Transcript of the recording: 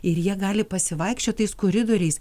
ir jie gali pasivaikščiot tais koridoriais